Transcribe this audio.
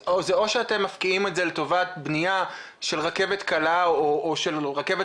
אז או שאתם מפקיעים את זה לטובת בניה של רכבת